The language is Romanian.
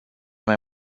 mai